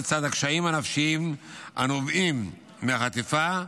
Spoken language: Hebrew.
לצד הקשיים הנפשיים הנובעים מהחטיפה,